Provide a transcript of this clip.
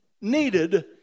needed